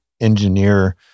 engineer